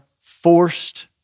forced